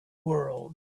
world